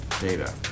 data